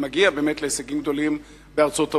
ומגיע באמת להישגים גדולים בארצות-הברית.